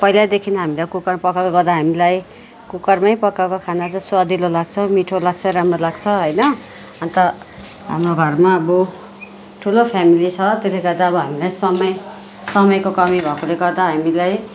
पहिलादेखि हामीले कुकरमा पकाएकोले गर्दा हामीलाई कुकरमै पकाएको खाना चाहिँ स्वादिलो लाग्छ मिठो लाग्छ राम्रो लाग्छ होइन अन्त हाम्रो घरमा अब ठुलो फेमेली छ त्यसले गर्दा अब हामीलाई समय समयको कमी भएकोले गर्दा हामीलाई